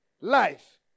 life